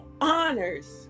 honors